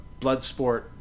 Bloodsport